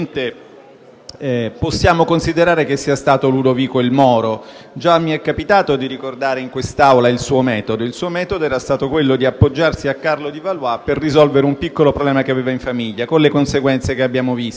possiamo considerare che sia stato Ludovico il Moro. Già mi è capitato di ricordare in quest'Aula il suo metodo, che era stato quello di appoggiarsi a Carlo di Valois per risolvere un piccolo problema che aveva in famiglia, con le conseguenze che poi abbiamo visto.